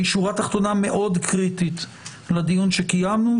היא שורה תחתונה מאוד קריטית לדיון שקיימנו,